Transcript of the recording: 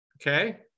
Okay